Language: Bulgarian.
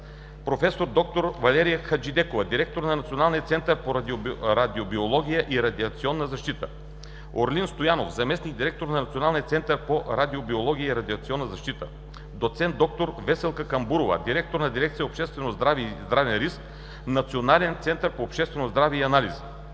проф. д-р Валерия Хаджидекова – директор на Националния център по радиобиология и радиационна защита; Орлин Стоянов – заместник-директор на Националния център по радиобиология и радиационна защита; доц. д-р Веселка Камбурова – директор на дирекция „Обществено здраве и здравен риск“, Национален център по обществено здраве и анализи;